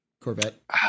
Corvette